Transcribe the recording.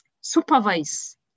supervise